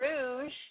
Rouge